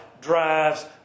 drives